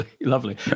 Lovely